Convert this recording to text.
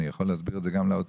אני יכול להסביר את זה גם לאוצר.